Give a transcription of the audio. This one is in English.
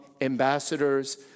ambassadors